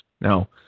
Now